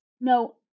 no